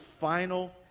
final